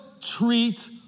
treat